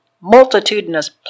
multitudinous